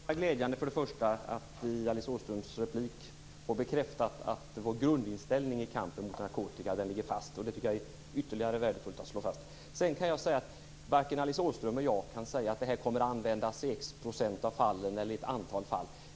Herr talman! Det är glädjande att i Alice Åströms replik få bekräftat att vår grundinställning i kampen mot narkotika ligger fast. Det är ytterst värdefullt att slå fast. Varken Alice Åström eller jag kan säga att detta kommer att användas i x procent av fallen eller i ett antal fall.